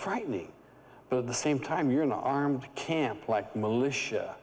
frightening but at the same time you're an armed camp like militia